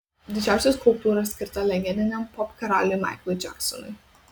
didžiausia skulptūra skirta legendiniam popkaraliui maiklui džeksonui